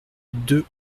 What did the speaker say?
deux